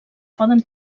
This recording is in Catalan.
poden